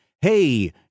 hey